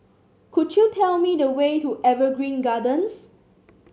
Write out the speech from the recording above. could you tell me the way to Evergreen Gardens